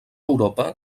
europa